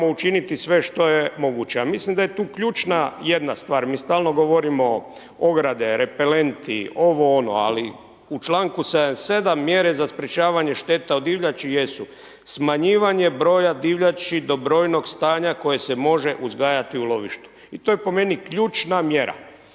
učiniti sve što je moguće. Ja mislim da je tu ključna jedna stvar, mi stalno govorimo ogade, repelenti, ovo ono, ali u članku 77. mjere za sprječavanje šteta od divljači jesu smanjivanje broja divljači do brojnog stanja koje se može uzgajati u lovištu i to je po meni ključna mjera.